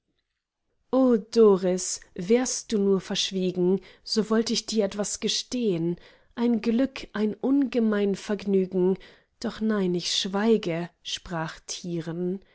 wärst du nur verschwiegen so wollt ich dir etwas gestehn ein glück ein ungemein vergnügen doch nein ich schweige sprach